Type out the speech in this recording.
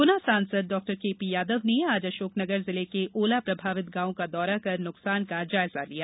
गुना सांसद Dr KP Yadav ने आज अशोकनगर जिले के ओला प्रभावित गांव का दौरा कर नुकसान का जायजा लिया